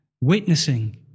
witnessing